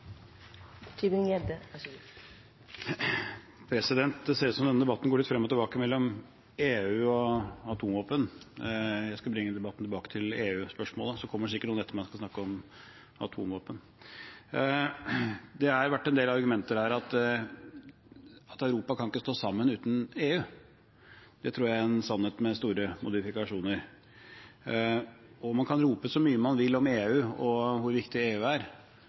EU-spørsmålet, og så kommer det sikkert noen etter meg og skal snakke om atomvåpen. Det har vært et argument her at Europa ikke kan stå sammen uten EU. Det tror jeg er en sannhet med store modifikasjoner. Man kan rope så mye man vil om EU og hvor viktig EU er,